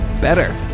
better